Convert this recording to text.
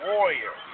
Warrior